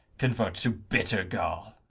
convert to bitter gall.